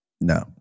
No